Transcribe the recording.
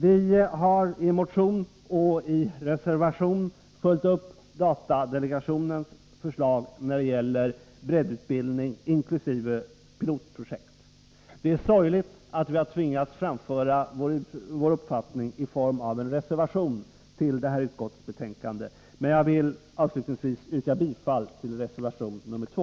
Vi har i motion och i reservation följt upp datadelegationens förslag när det gäller breddutbildning inkl. pilotprojekt. Det är sorgligt att vi har tvingats framföra vår uppfattning i form av en reservation till utskottets betänkande, men jag vill avslutningsvis yrka bifall till reservation nr 2.